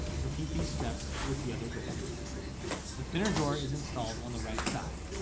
repeat these steps with the other door the thinner door is installed on the right side